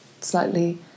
slightly